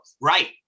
Right